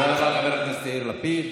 תודה רבה, חבר הכנסת יאיר לפיד.